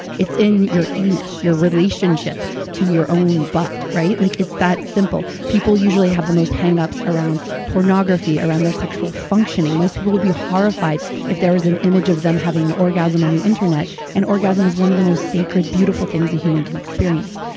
it's in your anus your relationship to your own but butt. like it's that simple. people usually have the most hang-ups around pornography, around their sexual functioning. most people would be horrified if there was an image of them having an orgasm on the internet and orgasm is one of the most sacred, beautiful things a human can experience.